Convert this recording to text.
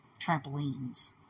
trampolines